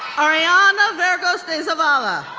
ariana vergos de zavala,